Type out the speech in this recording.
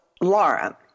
Laura